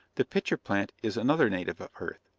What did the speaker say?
the pitcher plant is another native of earth,